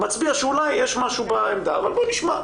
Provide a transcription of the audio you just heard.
מצביע על כך שאולי יש משהו בעמדה אבל בוא נשמע.